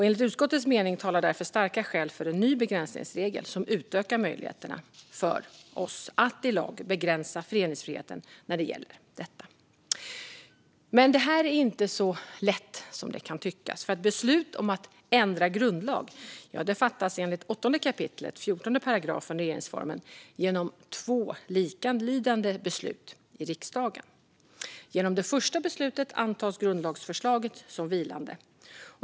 Enligt utskottets mening talar därför starka skäl för en ny begränsningsregel som utökar möjligheterna för oss att i lag begränsa föreningsfriheten när det gäller detta. Men det är inte så lätt som det kan tyckas. Beslut om att ändra grundlag fattas enligt 8 kap. 14 § regeringsformen nämligen genom två likalydande beslut i riksdagen. Genom det första beslutet antas grundlagsförslaget som vilande.